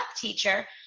teacher